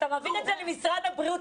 אתה מבין את זה ממשרד הבריאות,